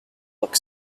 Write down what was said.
look